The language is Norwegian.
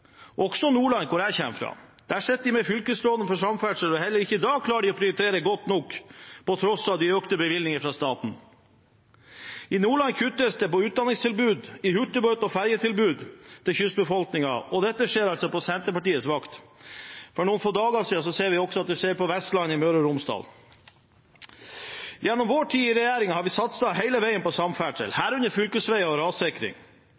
også Nordland, hvor jeg kommer fra. Der sitter de med fylkesråden for samferdsel, og heller ikke da klarer de å prioritere godt nok, på tross av økte bevilgninger fra staten. I Nordland kuttes det i utdanningstilbudet og i hurtigbåt- og ferjetilbudet til kystbefolkningen, og dette skjer altså på Senterpartiets vakt. For noen få dager siden så vi også at det skjedde på Vestlandet, i Møre og Romsdal. Gjennom vår tid i regjering har vi satset på samferdsel hele veien, herunder fylkesveier og rassikring.